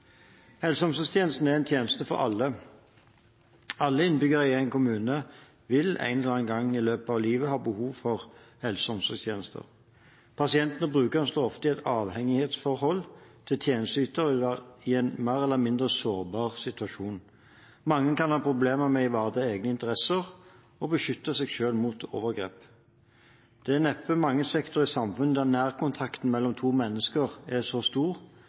Helse- og omsorgstjenestene er en tjeneste for alle. Alle innbyggere i en kommune vil en eller annen gang i løpet av livet ha behov for helse- og omsorgstjenester. Pasienter og brukere står ofte i et avhengighetsforhold til tjenesteyter og vil være i en mer eller mindre sårbar situasjon. Mange kan ha problemer med å ivareta egne interesser og beskytte seg selv mot overgrep. Det er neppe mange sektorer i samfunnet der nærkontakten mellom to mennesker er så stor